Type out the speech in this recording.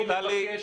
אני מבקש,